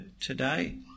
today